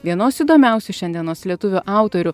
vienos įdomiausių šiandienos lietuvių autorių